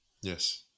Yes